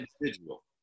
individual